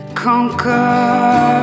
conquer